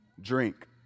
drink